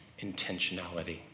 intentionality